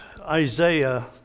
Isaiah